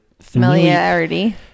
familiarity